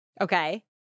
Okay